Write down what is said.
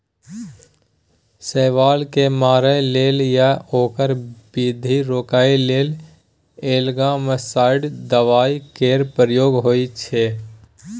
शैबाल केँ मारय लेल या ओकर बृद्धि रोकय लेल एल्गासाइड दबाइ केर प्रयोग होइ छै